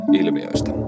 ilmiöistä